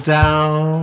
down